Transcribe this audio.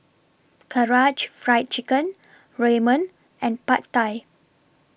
Karaage Fried Chicken Ramen and Pad Thai